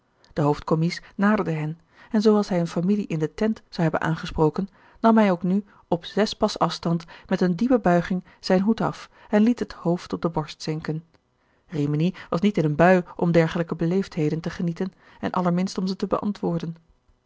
de hoofdcommies naderde hen en zoo als hij eene familie in de tent zou hebben aangesproken nam hij ook nu op zes pas afstand met een diepe buiging zijn hoed af en liet het hoofd op de borst zinken rimini was niet in een bui om dergelijke beleefdheden te genieten en allerminst om ze te beantwoorden